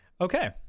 Okay